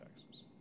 taxes